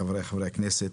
חבריי חברי הכנסת.